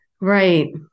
Right